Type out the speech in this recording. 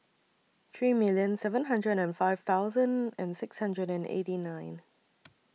three million seven hundred and five thousand and six hundred and eighty nine